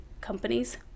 companies